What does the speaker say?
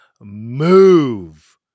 move